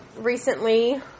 recently